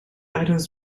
items